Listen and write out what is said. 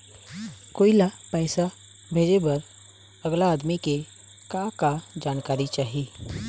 कोई ला पैसा भेजे बर अगला आदमी के का का जानकारी चाही?